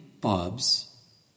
Bobs